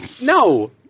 No